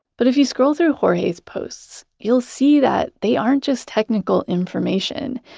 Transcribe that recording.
but if you scroll through jorge's posts, you'll see that they aren't just technical information,